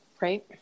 Right